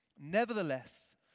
Nevertheless